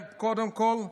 קודם כול,